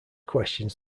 questions